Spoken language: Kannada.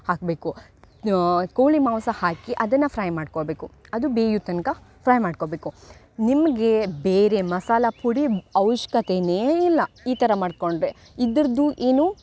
ಹಾಕಬೇಕು ಕೋಳಿ ಮಾಂಸ ಹಾಕಿ ಅದನ್ನು ಫ್ರೈ ಮಾಡ್ಕೊಬೇಕು ಅದು ಬೇಯುವ ತನಕ ಫ್ರೈ ಮಾಡ್ಕೊಬೇಕು ನಿಮಗೆ ಬೇರೆ ಮಸಾಲೆ ಪುಡಿ ಆವಶ್ಯಕತೆಯೇ ಇಲ್ಲ ಈ ಥರ ಮಾಡ್ಕೊಂಡರೆ ಇದರದ್ದು ಏನು